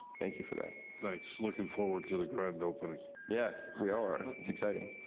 thank you for that. thanks. looking forward to the grand opening. yes, we all are, it's exciting.